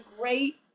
great